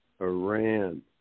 Iran